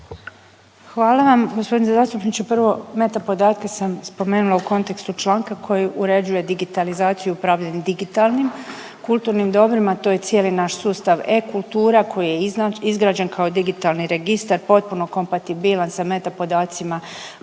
Hvala vam g. zastupniče. Prvo, meta-podatke sam spomenula u kontekstu članka koji uređuje digitalizaciju i upravljanje digitalnim kulturnim dobrima, a to je cijeli naš sustav e-Kultura koji je izgrađen kao digitalni registar, potpuno kompatibilan sa meta-podacima